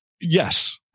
Yes